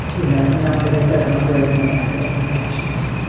you know, i'm not as i said, i'm not very romantic, unfortunately